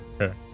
Okay